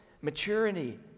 maturity